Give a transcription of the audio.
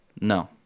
No